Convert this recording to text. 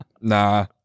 nah